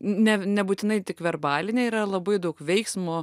ne nebūtinai tik verbalinė yra labai daug veiksmo